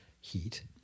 heat